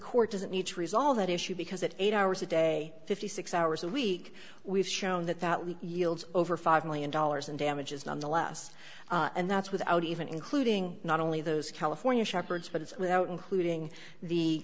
court doesn't need to resolve that issue because that eight hours a day fifty six hours a week we've shown that that we yield over five million dollars in damages nonetheless and that's without even including not only those california shepard's but it's without including the